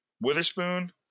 Witherspoon